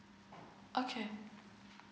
okay